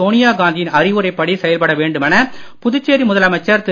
சோனியா காந்தி யின் அறிவுரைப்படி செயல்பட வேண்டுமென புதுச்சேரி முதலமைச்சர் திரு